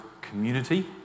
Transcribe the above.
community